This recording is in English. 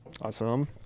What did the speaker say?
Awesome